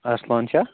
اَرسَلان چھا